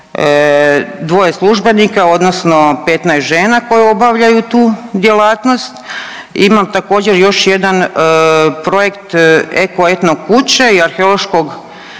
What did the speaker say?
dvoje službenika odnosno 15 žena koje obavljaju tu djelatnost. Imam također, još jedan projekt Eko-etno kuće i arheološkog